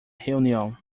reunião